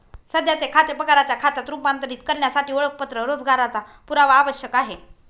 सध्याचे खाते पगाराच्या खात्यात रूपांतरित करण्यासाठी ओळखपत्र रोजगाराचा पुरावा आवश्यक आहे